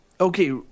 Okay